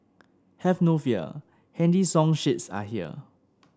have no fear handy song sheets are here